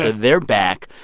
ah they're back.